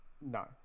No